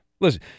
Listen